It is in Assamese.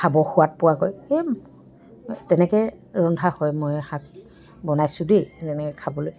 খাব সোৱাদ পোৱাকৈ এই তেনেকৈ ৰন্ধা হয় মই শাক বনাইছোঁ দেই তেনেকৈ খাবলৈ